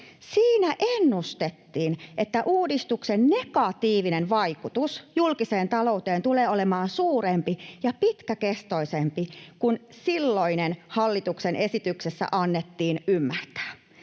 Siinä ennustettiin, että uudistuksen negatiivinen vaikutus julkiseen talouteen tulee olemaan suurempi ja pitkäkestoisempi kuin silloisessa hallituksen esityksessä annetaan ymmärtää.